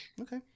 okay